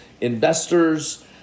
investors